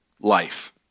life